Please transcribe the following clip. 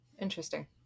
Interesting